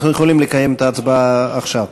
אנחנו יכולים לקיים את ההצבעה עכשיו?